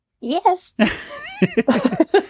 Yes